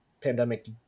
pandemic